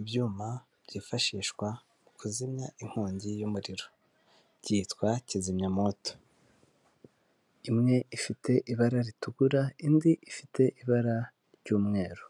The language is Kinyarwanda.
Ibyuma byifashishwa mu kuzimya inkongi y'umuriro, byitwa kizimyamwoto, imwe ifite ibara ritukura indi ifite ibara ry'umweru,